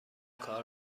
کار